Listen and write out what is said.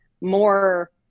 more